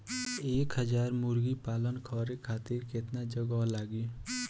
एक हज़ार मुर्गी पालन करे खातिर केतना जगह लागी?